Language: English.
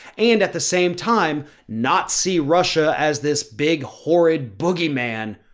and at the same time, not see russia as this big horrid boogeyman,